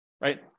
right